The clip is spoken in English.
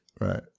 Right